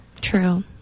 True